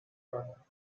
brother